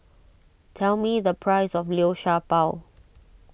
tell me the price of Liu Sha Bao